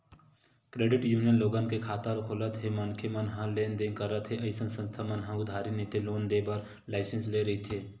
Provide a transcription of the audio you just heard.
credit union लोगन के खाता खोलत हे मनखे मन ह लेन देन करत हे अइसन संस्था मन ह उधारी नइते लोन देय बर लाइसेंस लेय रहिथे